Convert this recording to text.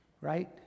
right